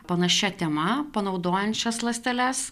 panašia tema panaudojant šias ląsteles